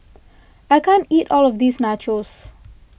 I can't eat all of this Nachos